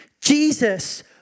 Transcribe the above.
Jesus